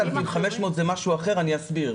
ה-7,500 האלה זה משהו אחר ואני אסביר.